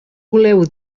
voleu